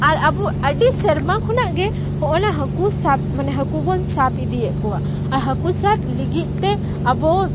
ᱟᱨ ᱟᱵᱚ ᱟᱹᱰᱤ ᱥᱮᱨᱢᱟ ᱠᱷᱚᱱᱟᱜ ᱜᱮ ᱦᱸᱚᱜᱼᱚᱱᱟ ᱦᱟᱹᱠᱩ ᱥᱟᱵ ᱢᱟᱱᱮ ᱦᱟᱹᱠᱩ ᱵᱚᱱ ᱥᱟᱵ ᱤᱫᱤᱭᱮᱫ ᱠᱚᱣᱟ ᱟᱨ ᱦᱟᱹᱠᱩ ᱥᱟᱵ ᱞᱟᱹᱜᱤᱫ ᱛᱮ ᱟᱵᱚ